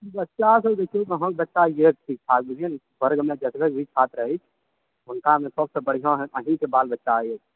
बच्चा सब देखियौ अहाँके बच्चा जे यऽ ठीक ठाक वर्गमे जतबे भी छात्र अछि हुनकामे सबसँ बढ़िआँ अहिके बाल बच्चा यऽ